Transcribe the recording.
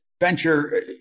venture